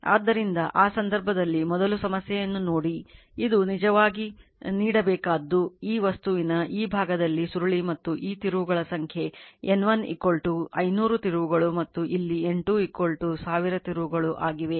ಆದ್ದರಿಂದ ಆ ಸಂದರ್ಭದಲ್ಲಿ ಮೊದಲು ಸಮಸ್ಯೆಯನ್ನು ನೋಡಿ ಇದು ನಿಜವಾಗಿ ನೀಡಬೇಕಾದದ್ದು ಈ ವಸ್ತುವಿನ ಈ ಭಾಗದಲ್ಲಿ ಸುರುಳಿ ಮತ್ತು ಈ ತಿರುವುಗಳ ಸಂಖ್ಯೆ N 1 500 ತಿರುವುಗಳು ಮತ್ತು ಇಲ್ಲಿ N 2 1000 ತಿರುವುಗಳು ಆಗಿವೆ